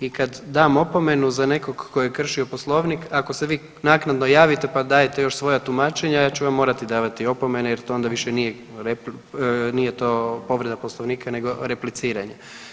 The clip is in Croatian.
I kad dam opomenu za nekog tko je kršio Poslovnik ako se vi naknadno javite, pa dajete još svoja tumačenja ja ću vam morati davati opomene jer to onda više nije, nije to povreda Poslovnika nego repliciranje.